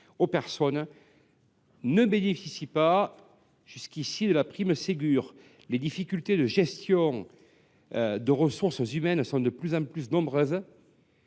aux personnes, ils ne bénéficient pas, jusqu’à présent, de la prime Ségur. Les difficultés de gestion des ressources humaines sont de plus en plus nombreuses